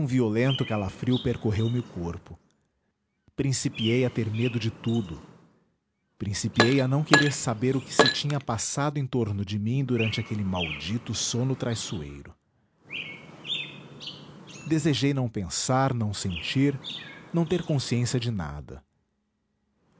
violento calefrio percorreu me o corpo principiei a ter medo de tudo principiei a não querer saber o que se tinha passado em torno de mim durante aquele maldito sono traiçoeiro desejei não pensar não sentir não ter consciência de nada